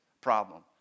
problem